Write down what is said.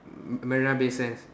Marina Bay sands